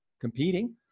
competing